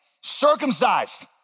circumcised